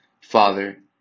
father